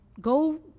go